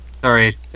Sorry